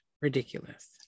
ridiculous